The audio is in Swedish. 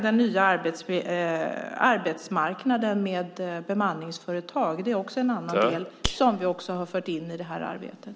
Den nya arbetsmarknaden med bemanningsföretag är en annan del som vi har fört in i det här arbetet.